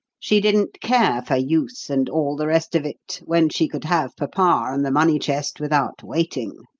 she didn't care for youth and all the rest of it when she could have papa and the money-chest without waiting.